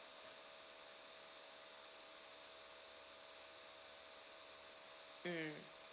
mm